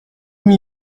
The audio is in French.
m’y